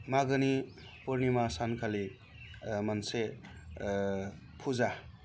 मागोनि फुरनिमा सानखालि मोनसे फुजा